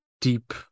deep